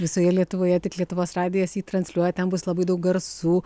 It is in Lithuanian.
visoje lietuvoje tik lietuvos radijas jį transliuoja ten bus labai daug garsų